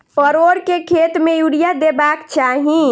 परोर केँ खेत मे यूरिया देबाक चही?